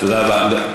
תודה רבה.